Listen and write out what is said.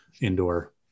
indoor